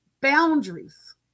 boundaries